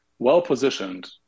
well-positioned